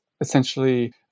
essentially